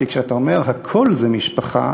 כי כשאתה אומר: הכול זה משפחה,